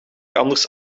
anders